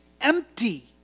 empty